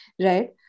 right